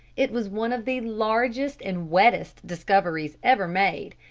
it was one of the largest and wettest discoveries ever made,